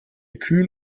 kühl